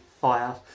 fire